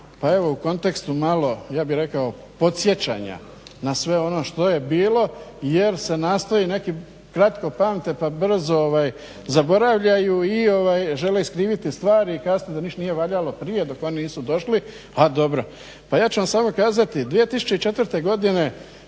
pa evo u kontekstu malo ja bih rekao podsjećanja na sve ono što je bilo jer se nastoji neki kratko pamte, pa brzo zaboravljaju i žele iskriviti stvari i kasnije da ništa nije valjalo prije dok oni nisu došli, a dobro. Pa ja ću vam samo kazati 2004. Godine